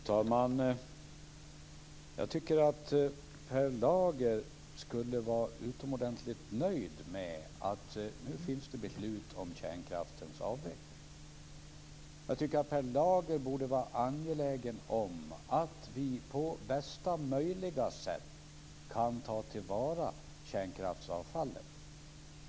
Fru talman! Jag tycker att Per Lager skulle vara utomordentligt nöjd med att det nu finns beslut om kärnkraftens avveckling. Jag tycker att Per Lager borde vara angelägen om att vi på bästa möjliga sätt kan ta vara på kärnkraftsavfallet.